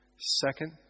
Second